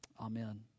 Amen